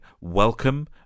welcome